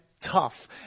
tough